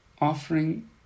offering